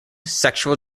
sexual